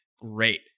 great